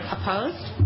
Opposed